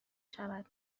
شود